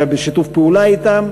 בשיתוף פעולה אתם.